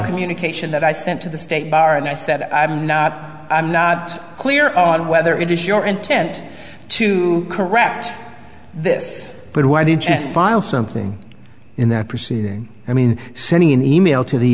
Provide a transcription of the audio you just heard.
communication that i sent to the state bar and i said i'm not i'm not clear on whether it is your intent to correct this but why the file something in that proceeding i mean sending an e mail to the